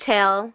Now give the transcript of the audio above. Tell